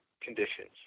conditions